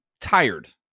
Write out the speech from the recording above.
tired